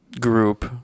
group